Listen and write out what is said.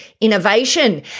innovation